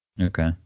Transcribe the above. Okay